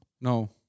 No